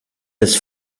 his